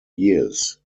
years